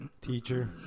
Teacher